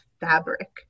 fabric